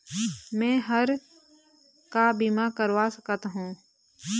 मैं हर का बीमा करवा सकत हो?